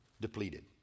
depleted